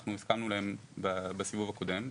הסכמנו להם בסיבוב הקודם.